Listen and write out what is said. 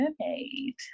mermaid